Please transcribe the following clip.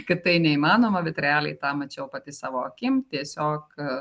kad tai neįmanoma bet realiai tą mačiau pati savo akim tiesiog